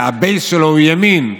הבייס שלו הוא ימין,